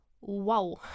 Wow